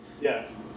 Yes